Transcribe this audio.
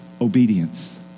obedience